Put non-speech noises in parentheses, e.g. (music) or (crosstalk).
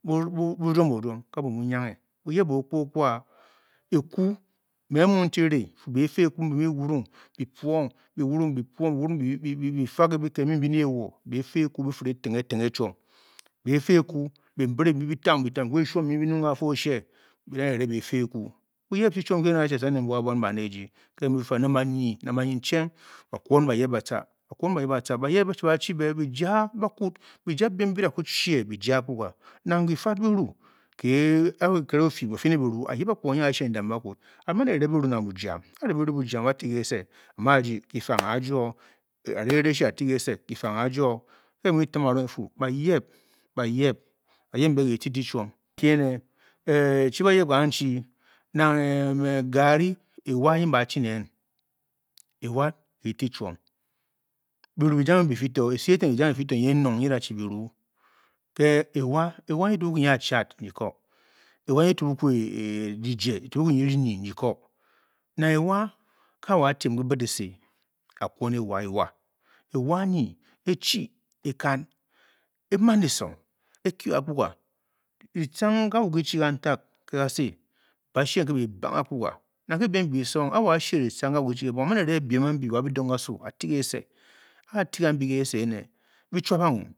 (unintelligible) bu-ruom o-ruom kabuon bu nyianghe, buyep buu-kpuu okwǎ. ekwu, m me m muu nchi rě bei fa-ekwu mbi muu wurung bi puong bi wurung bi puong bi fa ke biked mbi mbii ne ewo beifa ekwu bi fírè tinge-tinge chuom bei fa-ekwu bem-bìrè mbi bitang-bitang bi ku bi shuom nyin bi nyung ge ka fa oshie bi da e-re beifa-ekwu buyep chi atce ne nki, a buan ba ne ejii. ke bi munbi fu nang barnyinyi nang banyicheng ba-kwon bayep bi tca kwon bayep batca, bayep ba-chi beh bi jaa bakwud. bi ja beim mbi bi da ku shie bi ja biem mbi bi da ku shie bi ja akpuga, Nang gi fad biru gé kenkere o-fi ki fé ne biru u a-yib akpuga nyi aa-shie ndam bakwud, a-man e-re biru nang biyam a-re biru bujam a-té esě a muu a-rdi kifangaa-juo ke bi muu bi tim arong bi fuu, bayep bayep, bayep mbe kè ti ti chuom nki ènè chi bayep kanchi, nang ngarri ewa nyi ba a chi nen. ewa ke ti chuom-Biru bi jange bi fi to, esi eten ejang efi to nyi enong nyi e-da chi biru kě ewa, ewa nyi etukakwu nyiaachad nyi ko, ewa. Nyi etukakwu dijie etukakwu nyirinyi nyi ko nang ewa ke wo atiem ki bid ese, a-kwon ewa ewa, awa anyi e-chi e-kan, e-maan esong e-kie akpuga. Ki tcang ga wu kichi kantig ké gà sè mbe ba-shii ke kembang akpuga, nang nke biem mbi bi song ge wo ashie ki tchang gawu gi chi ki bonge, a a-maan e-re biem ambi wa bidonghe kasuu a-te kě esě ge a-tie gambi kě ese ene bi chuabang o